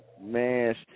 Man